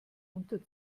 unter